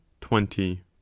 twenty